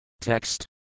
Text